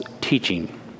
teaching